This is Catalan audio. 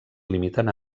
limiten